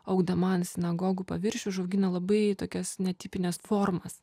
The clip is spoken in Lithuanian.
augdama ant sinagogų paviršių užaugina labai tokias netipines formas